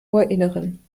ohrinneren